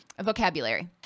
vocabulary